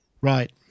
Right